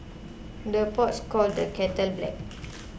the pots calls the kettle black